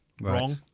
Wrong